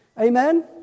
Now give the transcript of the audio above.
Amen